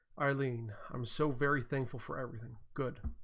i leaned i'm so very thankful for everything good